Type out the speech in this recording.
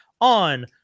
on